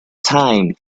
time